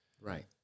Right